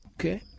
Okay